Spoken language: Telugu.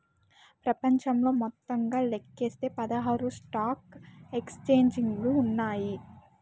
ప్రపంచంలో మొత్తంగా లెక్కిస్తే పదహారు స్టాక్ ఎక్స్చేంజిలు ఉన్నాయి